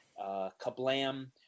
Kablam